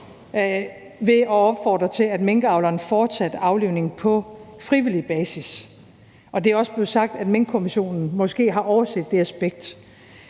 ved at opfordre til, at minkavlerne fortsatte aflivningen på frivillig basis. Og det er også blevet sagt, at Minkkommissionen måske har overset det aspekt.